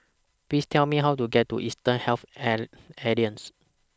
Please Tell Me How to get to Eastern Health Alliance